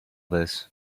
this